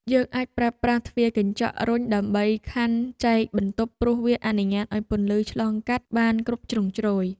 យើងអាចប្រើប្រាស់ទ្វារកញ្ចក់រុញដើម្បីខណ្ឌចែកបន្ទប់ព្រោះវាអនុញ្ញាតឱ្យពន្លឺឆ្លងកាត់បានគ្រប់ជ្រុងជ្រោយ។